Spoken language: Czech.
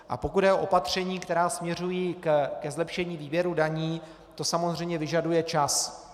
A pokud jde o opatření, která směřují ke zlepšení výběru daní, to samozřejmě vyžaduje čas.